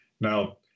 Now